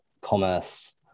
commerce